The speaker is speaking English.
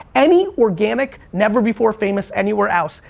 any organic, never-before famous anywhere else,